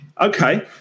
okay